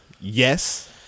yes